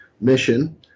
mission –